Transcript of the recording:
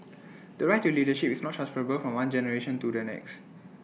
the right to leadership is not transferable from one generation to the next